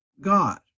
God